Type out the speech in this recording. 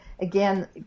again